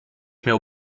miał